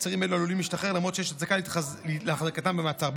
עצירים אלה עלולים להשתחרר למרות שיש הצדקה להחזקתם במעצר.